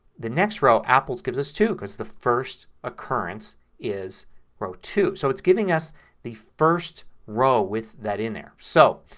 the next row of apples gives us two because the first occurrence is row two. so it's giving us the first row with that in there. so,